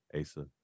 Asa